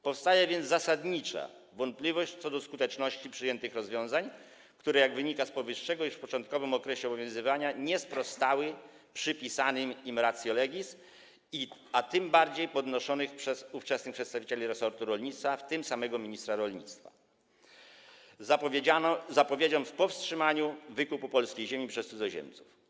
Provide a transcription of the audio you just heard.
Powstaje więc zasadnicza wątpliwość co do skuteczności przyjętych rozwiązań, które - jak wynika z powyższego - już w początkowym okresie obowiązywania nie sprostały przypisanemu im ratio legis, a tym bardziej podnoszonym przez ówczesnych przedstawicieli resortu rolnictwa, w tym samego ministra rolnictwa, zapowiedziom powstrzymania wykupu polskiej ziemi przez cudzoziemców.